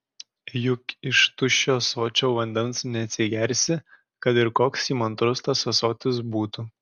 juk iš tuščio ąsočio vandens neatsigersi kad ir koks įmantrus tas ąsotis būtų